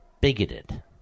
bigoted